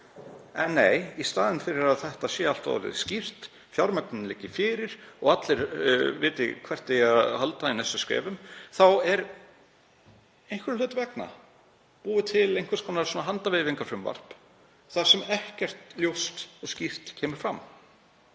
En nei, í staðinn fyrir að þetta sé allt orðið skýrt, fjármögnun liggi fyrir og allir viti hvert eigi að halda í næstu skrefum, er einhverra hluta vegna búið til eitthvert handahreyfingafrumvarp þar sem ekkert ljóst og skýrt kemur fram.